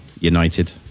United